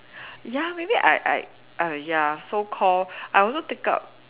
ya maybe I I I ya so called I also take up